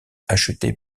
achetée